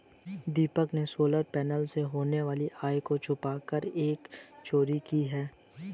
दीपक ने solar panel से होने वाली आय को छुपाकर कर की चोरी की है